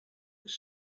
its